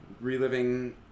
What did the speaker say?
reliving